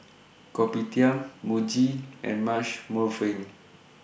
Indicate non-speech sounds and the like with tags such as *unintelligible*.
Kopitiam Muji and Marche *unintelligible*